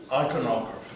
iconography